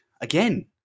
again